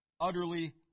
Utterly